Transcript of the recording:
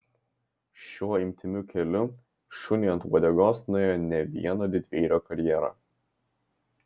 šiuo intymiu keliu šuniui ant uodegos nuėjo ne vieno didvyrio karjera